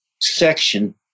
section